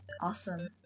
awesome